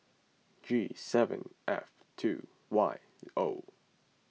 G seven F two Y O